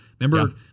remember